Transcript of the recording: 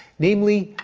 namely,